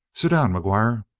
sit down, mcguire.